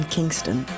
Kingston